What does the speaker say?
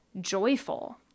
joyful